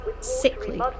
sickly